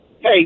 Hey